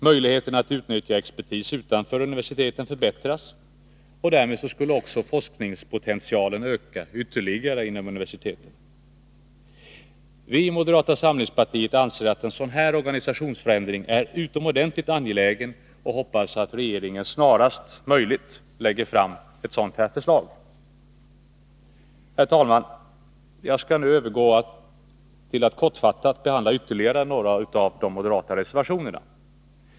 Möjligheterna att utnyttja expertis utanför universiteten förbättras, och därmed skulle också forskningspotentialen öka ytterligare inom universiteten. Vi anser därför att en sådan organisationsförändring är utomordentlig angelägen, och vi hoppas att regeringen snarast möjligt lägger fram ett sådant förslag. Herr talman! Jag skall nu övergå till att kortfattat behandla ytterligare några av de moderata reservationerna.